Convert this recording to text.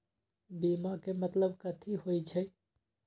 बीमा के मतलब कथी होई छई?